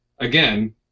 again